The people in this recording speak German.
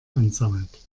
ansammelt